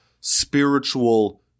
spiritual